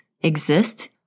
exist